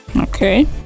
Okay